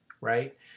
right